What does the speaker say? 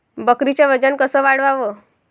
बकरीचं वजन कस वाढवाव?